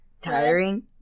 Tiring